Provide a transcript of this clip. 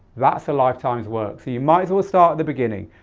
that's a lifetime's work. so you might as well start at the beginning.